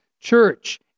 church